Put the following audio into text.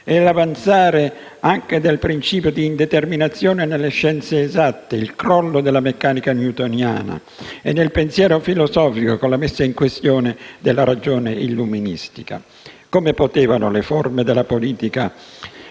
l'avanzare del principio di indeterminazione nelle scienze esatte e il crollo della meccanica newtoniana; nel pensiero filosofico, con la messa in questione della ragione illuministica. Come potevano le forme della politica,